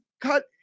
cut